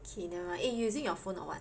okay nevermind eh you using your phone or what